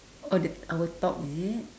oh the our talk is it